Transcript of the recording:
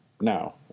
no